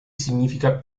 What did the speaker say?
significa